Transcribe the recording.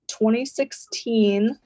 2016